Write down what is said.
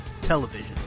television